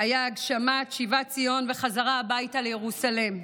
היה הגשמת שיבת ציון וחזרה הביתה לירוסלם,